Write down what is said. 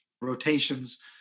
rotations